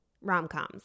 rom-coms